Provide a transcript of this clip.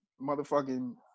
Motherfucking